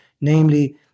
namely